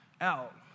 out